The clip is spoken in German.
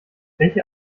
welche